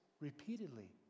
repeatedly